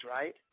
Right